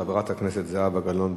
חברת הכנסת זהבה גלאון,